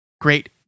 Great